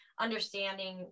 understanding